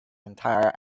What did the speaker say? entire